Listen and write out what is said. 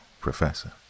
Professor